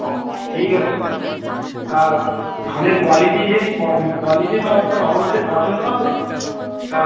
ও ঠিক আছে তা ধানের কোয়ালিটি যদি প কোয়ালিটি তো আপনার অবশ্যই পছন্দ হবে তা